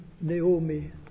Naomi